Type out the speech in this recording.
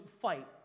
fight